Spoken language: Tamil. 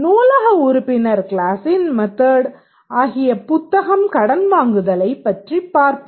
நூலக உறுப்பினர் க்ளாஸின் மெத்தட் ஆகிய புத்தகம் கடன் வாங்குதலைப் பற்றி பாப்போம்